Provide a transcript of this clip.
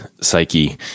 psyche